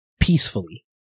peacefully